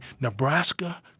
Nebraska